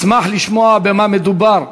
אשמח לשמוע במה מדובר,